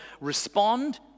respond